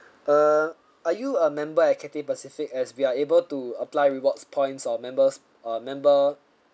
err are you a member at Cathay Pacific as we are able to apply rewards points of members uh member